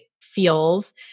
feels